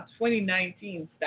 2019